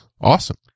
Awesome